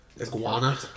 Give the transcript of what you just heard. Iguana